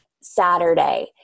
Saturday